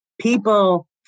People